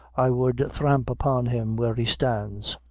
i would thramp upon him where he stands.